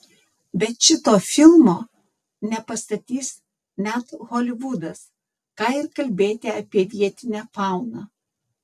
bet šito filmo nepastatys net holivudas ką ir kalbėti apie vietinę fauną